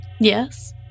Yes